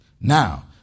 Now